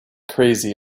crazy